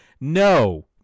No